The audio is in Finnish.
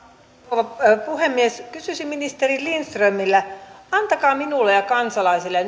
rouva puhemies kysyisin ministeri lindströmiltä antakaa minulle ja kansalaisille